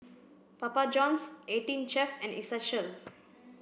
Papa Johns eighteen Chef and Essential